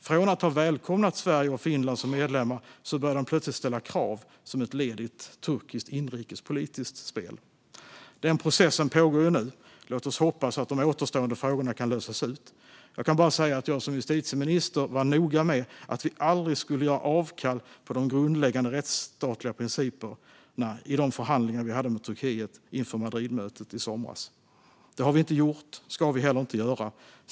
Från att ha välkomnat Sverige och Finland som medlemmar började de plötsligt ställa krav som ett led i ett turkiskt inrikespolitiskt spel. Den processen pågår ju nu. Låt oss hoppas att de återstående frågorna kan lösas ut. Jag kan bara säga att jag som justitieminister var noga med att vi aldrig skulle göra avkall på de grundläggande rättsstatliga principerna i de förhandlingar vi hade med Turkiet inför Madridmötet i somras. Det har vi inte gjort. Det ska vi heller inte göra.